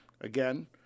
Again